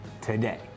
today